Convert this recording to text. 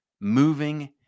moving